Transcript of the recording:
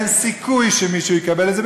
אין סיכוי שמישהו יקבל את זה,